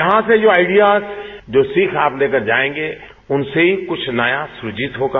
यहां से जो आइडियाज जो सीख आप लेकर जायेंगे उनसे ही कुछ नया सृजित होगा